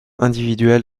individuelles